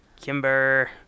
kimber